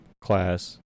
class